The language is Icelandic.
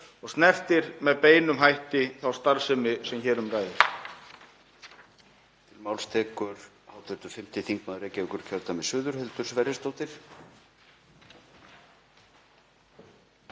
og snertir með beinum hætti þá starfsemi sem hér um ræðir.